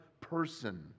person